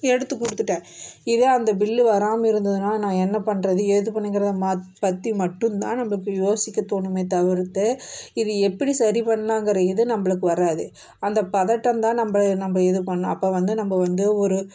எடுத்து குடுத்துட்டேன் இதே அந்த பில்லு வராமல் இருந்ததுன்னால் நான் என்ன பண்ணுறது ஏது பண்ணுறதுங்கிறது மத் பற்றி மட்டும்தான் நம்ப இப்போ யோசிக்க தோணுமே தவிர்த்து இது எப்படி சரி பண்ணலாங்குற இது நம்பளுக்கு வராது அந்த பதட்டம் தான் நம்பளை நம்ப இது பண்ணும் அப்போ வந்து நம்ப வந்து ஒரு